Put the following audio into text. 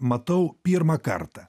matau pirmą kartą